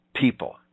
people